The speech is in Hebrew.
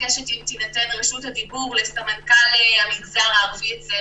אם תינתן רשות הדיבור לסמנכ"ל המגזר הערבי אצלנו,